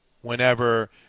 Whenever